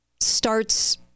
starts